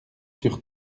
sur